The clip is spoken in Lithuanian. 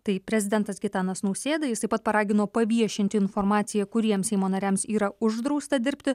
tai prezidentas gitanas nausėda jis taip pat paragino paviešinti informaciją kuriems seimo nariams yra uždrausta dirbti